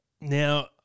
Now